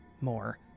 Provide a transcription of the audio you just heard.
more